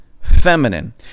feminine